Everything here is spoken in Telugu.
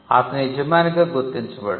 అతను యజమానిగా గుర్తించబడదు